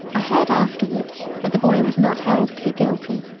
i heard afterward that the boy was not held to be guilty,